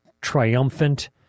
triumphant